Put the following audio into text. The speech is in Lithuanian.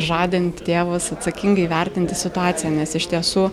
žadint tėvus atsakingai įvertinti situaciją nes iš tiesų